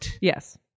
Yes